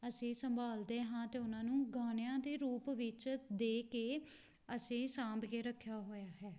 ਅਸੀਂ ਸੰਭਾਲਦੇ ਹਾਂ ਅਤੇ ਉਹਨਾਂ ਨੂੰ ਗਾਣਿਆਂ ਦੇ ਰੂਪ ਵਿੱਚ ਦੇ ਕੇ ਅਸੀਂ ਸਾਂਭ ਕੇ ਰੱਖਿਆ ਹੋਇਆ ਹੈ